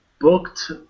booked